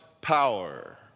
power